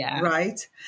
right